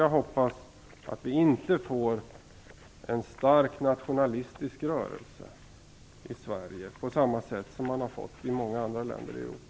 Jag hoppas att vi inte får en stark nationalistisk rörelse i Sverige på samma sätt som man har fått i många andra länder i Europa.